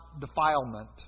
defilement